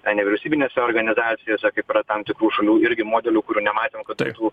nevyriausybinėse organizacijose kaip yra tam tikrų šalių irgi modelių kurių nematėm kad būtų